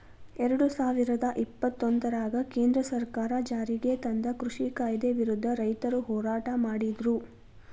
ಎರಡುಸಾವಿರದ ಇಪ್ಪತ್ತೊಂದರಾಗ ಕೇಂದ್ರ ಸರ್ಕಾರ ಜಾರಿಗೆತಂದ ಕೃಷಿ ಕಾಯ್ದೆ ವಿರುದ್ಧ ರೈತರು ಹೋರಾಟ ಮಾಡಿದ್ರು